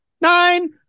nine